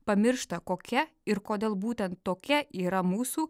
pamiršta kokia ir kodėl būtent tokia yra mūsų